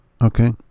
Okay